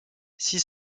six